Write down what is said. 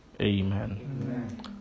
Amen